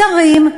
שרים,